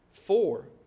Four